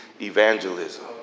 evangelism